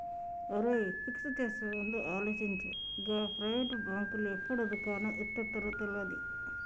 ఒరేయ్, ఫిక్స్ చేసేముందు ఆలోచించు, గా ప్రైవేటు బాంకులు ఎప్పుడు దుకాణం ఎత్తేత్తరో తెల్వది